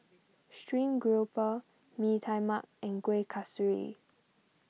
Stream Grouper Mee Tai Mak and Kuih Kasturi